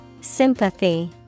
Sympathy